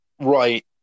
Right